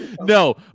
No